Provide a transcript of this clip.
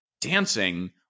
dancing